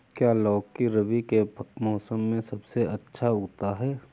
क्या लौकी रबी के मौसम में सबसे अच्छा उगता है?